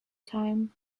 time